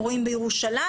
רואים בירושלים,